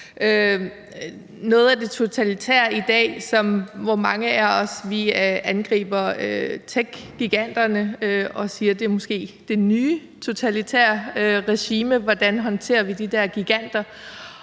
til det totalitære i dag er der mange af os, der angriber techgiganterne og siger, at de måske er de nye totalitære regimer. Og hvordan håndterer vi så de der giganter?